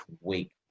week